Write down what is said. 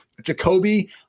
Jacoby